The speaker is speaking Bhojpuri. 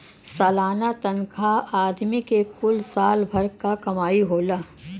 सलाना तनखा आदमी के कुल साल भर क कमाई होला